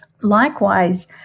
Likewise